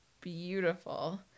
Beautiful